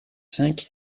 cinq